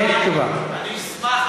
אני אשמח,